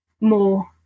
more